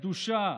קדושה,